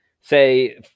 say